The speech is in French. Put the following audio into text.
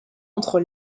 entre